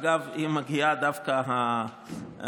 אגב, היא מגיעה דווקא הראשונה,